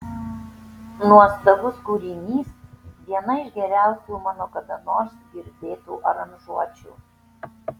nuostabus kūrinys viena iš geriausių mano kada nors girdėtų aranžuočių